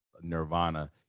nirvana